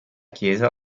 chiesa